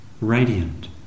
radiant